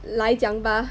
来讲吧